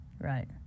right